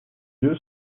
lieu